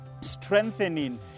Strengthening